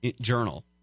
journal